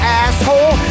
asshole